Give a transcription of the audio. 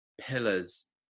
pillars